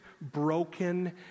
broken